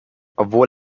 obwohl